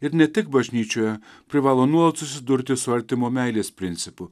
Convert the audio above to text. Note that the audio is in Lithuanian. ir ne tik bažnyčioje privalo nuolat susidurti su artimo meilės principu